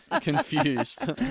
Confused